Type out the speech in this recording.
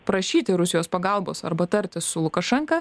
prašyti rusijos pagalbos arba tartis su lukašenka